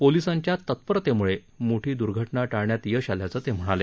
पोलिसांच्या तत्परतेमुळे मोठी दर्घटना टाळण्यात यश आल्याचं ते म्हणाले